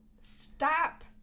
Stop